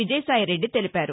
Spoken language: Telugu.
విజయ్ సాయిరెడ్డి తెలిపారు